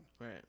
Right